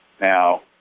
Now